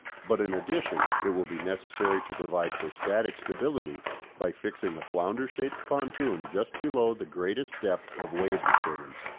but in addition it will be necessary to provide for static stability by fixing a flounder-shaped pontoon just below the greatest depth of wave disturbance,